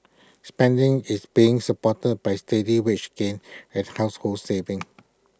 spending is being supported by steady wage gains and household savings